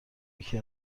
یکی